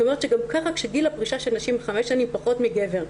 זאת אומרת שגם ככה כשגיל הפרישה של נשים היא חמש שנים פחות מגבר,